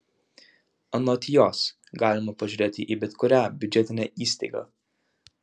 anot jos galima pažiūrėti į bet kurią biudžetinę įstaigą